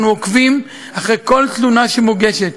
אנחנו עוקבים אחרי כל תלונה שמוגשת.